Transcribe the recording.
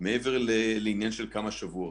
מעבר לעניין של כמה שבועות.